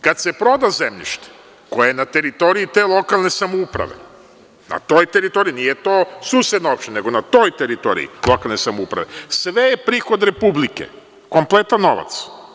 Kad se proda zemljište koje je na teritoriji te lokalne samouprave, na toj teritoriji, nije to susedna opština, nego na toj teritoriji lokalne samouprave, sve je prihod Republike, kompletan novac.